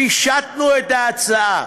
פישטנו את ההצעה.